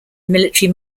military